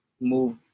move